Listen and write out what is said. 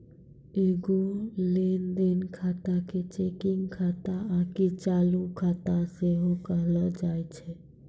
एगो लेन देन खाता के चेकिंग खाता आकि चालू खाता सेहो कहलो जाय छै